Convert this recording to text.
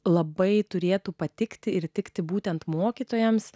labai turėtų patikti ir tikti būtent mokytojams